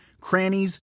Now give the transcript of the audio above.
crannies